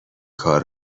کار